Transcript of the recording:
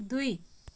दुई